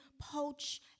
poach